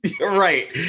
right